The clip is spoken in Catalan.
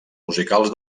musicals